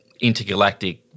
intergalactic